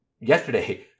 yesterday